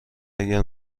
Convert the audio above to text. اگر